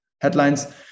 headlines